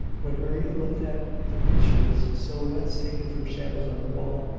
when maria looked at the pictures silhouettes taken from shadows on the wall,